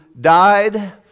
died